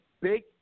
big